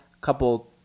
couple